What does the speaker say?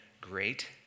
great